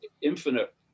infinite